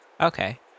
Okay